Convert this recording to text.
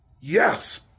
Yes